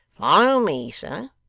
follow me, sir